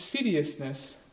seriousness